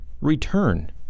return